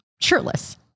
shirtless